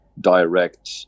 direct